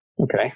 Okay